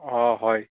অঁ হয়